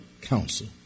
counsel